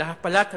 אלא הפלת הממשלה,